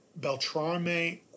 Beltrame